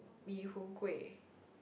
mee hoon kueh